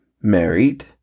married